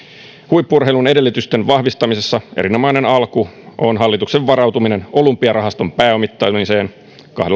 huippu urheilun edellytysten vahvistamisessa erinomainen alku on hallituksen varautuminen olympiarahaston pääomittamiseen kahdellakymmenellä